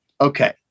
Okay